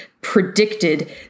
predicted